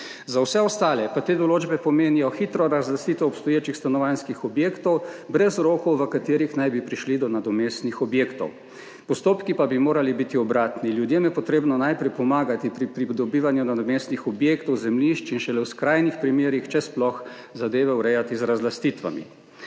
za vse ostale pa te določbe pomenijo hitro razlastitev obstoječih stanovanjskih objektov brez rokov, v katerih naj bi prišli do nadomestnih objektov. Postopki pa bi morali biti obratni. Ljudem je potrebno najprej pomagati pri pridobivanju nadomestnih objektov, zemljišč in šele v skrajnih primerih, če sploh, zadeve urejati z razlastitvami.